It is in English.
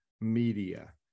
Media